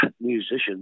musicians